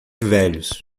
velhos